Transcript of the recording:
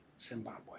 Zimbabwe